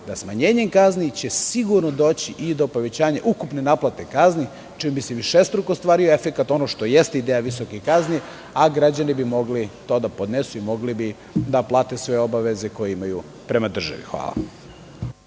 će smanjenjem kazni sigurno doći i do povećanja ukupne naplate kazni, čime bi se višestruko ostvario efekat, ono što jeste ideja visokih kazni, a građani bi mogli to da podnesu i mogli bi da plate sve obaveze koje imaju prema državi. Hvala.